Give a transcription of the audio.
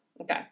Okay